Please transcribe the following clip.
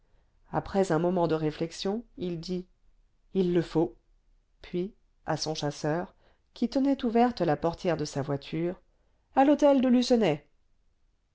après un moment de réflexion il dit il le faut puis à son chasseur qui tenait ouverte la portière de sa voiture à l'hôtel de